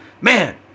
man